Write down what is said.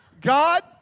God